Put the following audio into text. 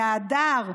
מההדר.